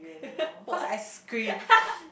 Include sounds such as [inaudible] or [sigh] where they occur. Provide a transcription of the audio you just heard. [laughs] what [laughs]